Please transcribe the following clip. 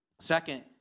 Second